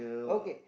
okay